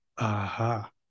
aha